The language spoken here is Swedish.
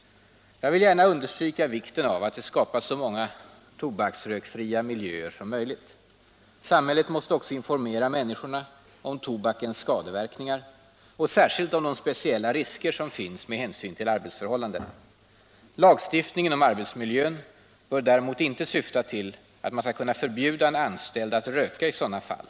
Jag vill gärna understryka vikten av att det skapas så många tobaksrökfria miljöer som möjligt. Samhället måste också informera människorna om tobakens skadeverkningar och särskilt om de speciella risker som finns med hänsyn till arbetsförhållandena. Lagstiftningen om arbetsmiljön bör däremot inte syfta till att man skall kunna förbjuda en anställd att röka i sådana fall.